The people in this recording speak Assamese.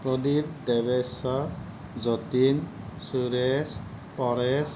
প্ৰদীপ দেৱেশ্বৰ যতীন সুৰেশ পৰেশ